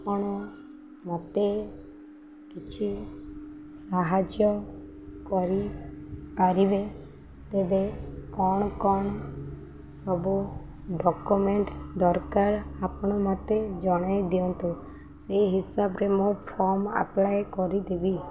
ଆପଣ ମୋତେ କିଛି ସାହାଯ୍ୟ କରିପାରିବେ ତେବେ କ'ଣ କ'ଣ ସବୁ ଡ଼କ୍ୟୁମେଣ୍ଟ ଦରକାର ଆପଣ ମୋତେ ଜଣେଇ ଦିଅନ୍ତୁ ସେଇ ହିସାବରେ ମୁଁ ଫର୍ମ ଆପ୍ଲାଏ କରିଦେବି